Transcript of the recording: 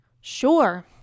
Sure